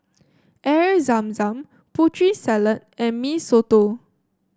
Air Zam Zam Putri Salad and Mee Soto